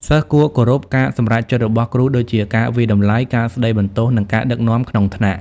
សិស្សគួរគោរពការសម្រេចចិត្តរបស់គ្រូ ដូចជា ការវាយតម្លៃ ការស្តីបន្ទោស និងការដឹកនាំក្នុងថ្នាក់។